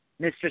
Mr